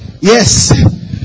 Yes